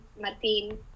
Martin